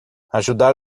ajudar